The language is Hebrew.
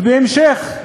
ובהמשך,